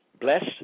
blessed